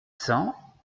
cents